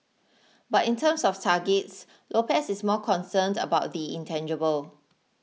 but in terms of targets Lopez is more concerned about the intangible